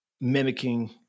mimicking